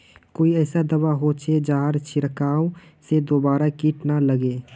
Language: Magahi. कोई ऐसा दवा होचे जहार छीरकाओ से दोबारा किट ना लगे?